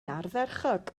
ardderchog